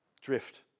drift